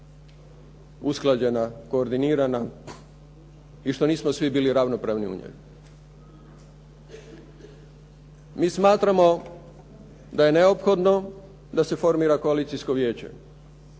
usklađena, koordinirana i što nismo svi bili ravnopravni u njoj. Mi smatramo da je neophodno da se formira koalicijsko vijeće